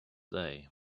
day